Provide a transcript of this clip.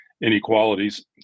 inequalities